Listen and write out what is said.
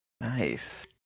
nice